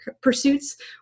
pursuits